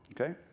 Okay